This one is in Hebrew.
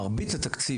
מרבית התקציב,